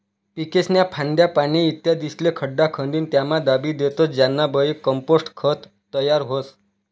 पीकेस्न्या फांद्या, पाने, इत्यादिस्ले खड्डा खंदीन त्यामा दाबी देतस ज्यानाबये कंपोस्ट खत तयार व्हस